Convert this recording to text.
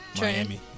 Miami